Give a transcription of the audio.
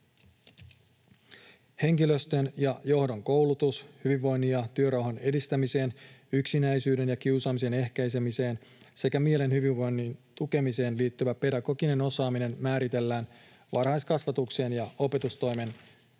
Henkilöstön ja johdon koulutus: Hyvinvoinnin ja työrauhan edistämiseen, yksinäisyyden ja kiusaamisen ehkäisemiseen sekä mielen hyvinvoinnin tukemiseen liittyvä pedagoginen osaaminen määritellään varhaiskasvatuksen ja opetustoimen